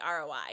ROI